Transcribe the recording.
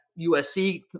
USC